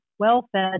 well-fed